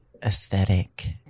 Aesthetic